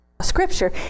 scripture